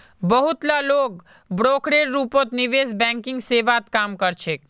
बहुत ला लोग ब्रोकरेर रूपत निवेश बैंकिंग सेवात काम कर छेक